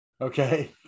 Okay